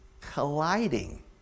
colliding